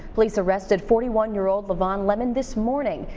police arrested forty one year old levonne lemon this morning.